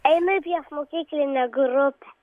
einu į priešmokyklinę grupę